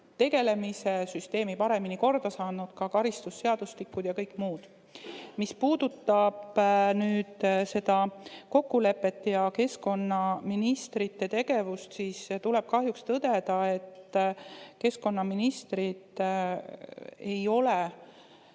tegelemise süsteemi paremini korda, ka karistusseadustiku ja kõik muu. Mis puudutab seda kokkulepet ja keskkonnaministrite tegevust, siis kahjuks tuleb tõdeda, et keskkonnaministrid ei ole